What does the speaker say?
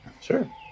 Sure